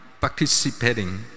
participating